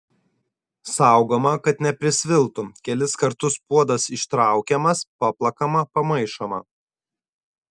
saugoma kad neprisviltų kelis kartus puodas ištraukiamas paplakama pamaišoma